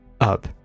up